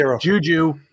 Juju